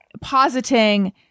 positing